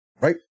right